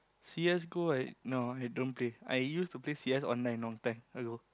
c_s Go I no I don't play I used to play c_s online long time ago